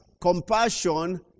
compassion